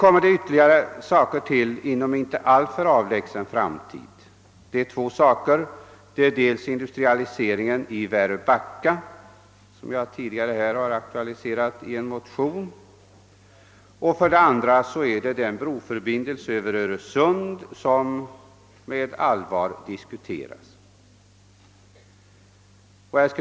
Inom en inte alltför avlägsen framtid tillkommer också ett par saker som ytterligare belastar E 6, dels industrialiseringen i Väröbacka — en fråga som jag tidigare har aktualiserat i en motion — dels den broförbindelse över Öresund som nu med stort allvar diskuteras.